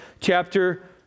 chapter